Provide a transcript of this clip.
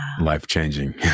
Life-changing